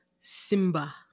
Simba